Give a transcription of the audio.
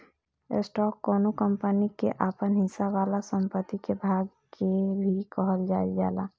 stock कौनो company के आपन हिस्सा वाला संपत्ति के भाग के भी कहल जाइल जाला